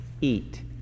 eat